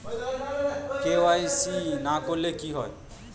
KYC না করলে কি হয়?